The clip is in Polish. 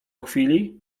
chwili